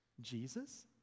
Jesus